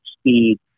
speed